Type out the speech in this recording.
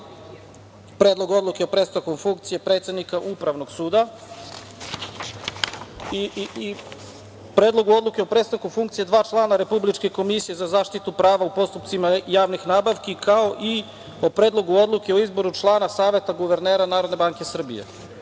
Predlog odluke o prestanku funkcije predsednika Upravnog suda i Predlogu odluke o prestanku funkcije dva člana Republičke komisije za zaštitu prava u postupcima javnih nabavki, kao i o Predlogu odluke o izboru člana Saveta guvernera Narodne banke Srbije. Kao